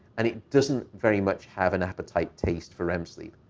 and it doesn't very much have an appetite taste for rem sleep.